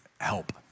help